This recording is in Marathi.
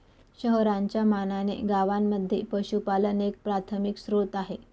शहरांच्या मानाने गावांमध्ये पशुपालन एक प्राथमिक स्त्रोत आहे